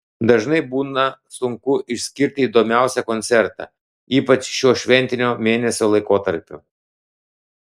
dažnai būna sunku išskirti įdomiausią koncertą ypač šiuo šventinio mėnesio laikotarpiu